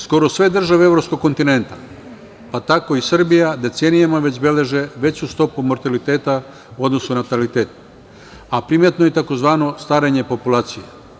Skoro sve države evropskog kontinenta, pa tako i Srbija decenijama beleže veću stopu mortaliteta u odnosu na natalitet, a primetno je tzv. starenje populacije.